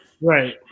Right